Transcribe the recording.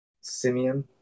Simeon